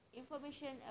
information